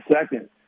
second